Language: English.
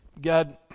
God